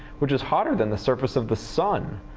which is hotter than the surface of the sun.